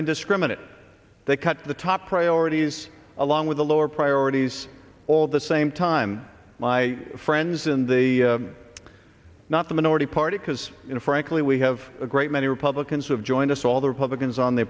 indiscriminate they cut the top priorities along with the lower priorities all the same time my friends in the not the minority party because frankly we have a great many republicans who have joined us all the republicans on the